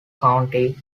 county